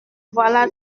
voilà